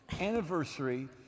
anniversary